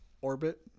orbit